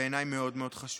בעיניי זה מאוד מאוד חשוב.